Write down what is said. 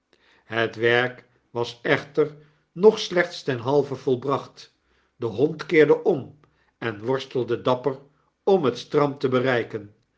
het werk was echter nog slechts ten halve volbracht de hond keerde om en worstelde dapper om het strand te bereiken